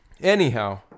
Anyhow